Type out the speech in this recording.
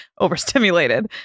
overstimulated